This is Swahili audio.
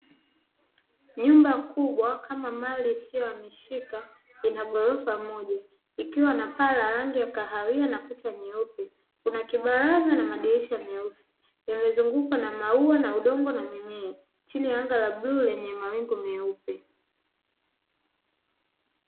Nyumba kubwa kama mali isiohamishika, ina ghorofa moja ikiwa na paa ya rangi ya kahawia na kuta nyeupe, kuna kibaraza na madirisha meusi yamezungukwa na maua, na udongo na mimea; chini ya anga la bluu lenye mawingu meupe.